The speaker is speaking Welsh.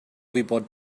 gwybod